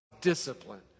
discipline